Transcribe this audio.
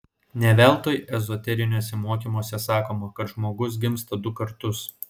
ne veltui ezoteriniuose mokymuose sakoma kad žmogus gimsta du kartus